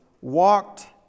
walked